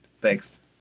thanks